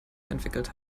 entwickelt